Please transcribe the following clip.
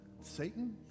Satan